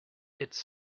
it’s